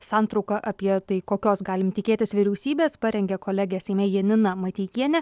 santrauką apie tai kokios galim tikėtis vyriausybės parengė kolegė seime janina mateikienė